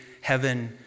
heaven